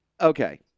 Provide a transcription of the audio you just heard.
Okay